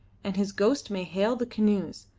and his ghost may hail the canoes,